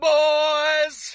boys